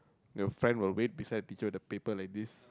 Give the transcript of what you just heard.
your friend will wait beside the teacher with the paper like this